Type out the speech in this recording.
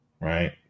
right